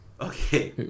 okay